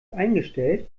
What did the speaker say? eingestellt